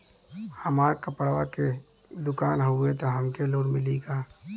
हमार कपड़ा क दुकान हउवे त हमके लोन मिली का?